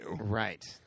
Right